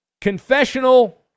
Confessional